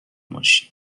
ماشین